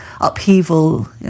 upheaval